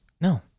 No